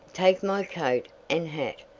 take my coat and hat,